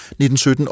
1917